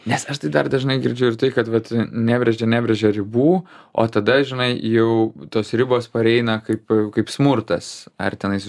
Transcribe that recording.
nes aš tai dar dažnai girdžiu ir tai kad vat nebrėžė nebrėžė ribų o tada žinai jau tos ribos pareina kaip kaip smurtas ar tenais